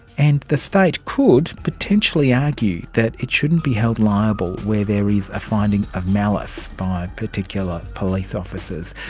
and the state could potentially argue that it shouldn't be held liable where there is a finding of malice by particular police officers.